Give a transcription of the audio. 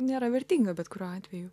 nėra vertinga bet kuriuo atveju